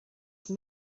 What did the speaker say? just